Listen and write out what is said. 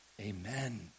Amen